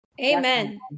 Amen